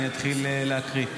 אני אתחיל להקריא: